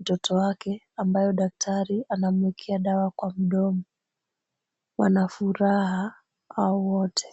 mtoto wake ambayo daktari anamuekea dawa kwa mdomo. Wana furaha hao wote.